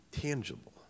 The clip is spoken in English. tangible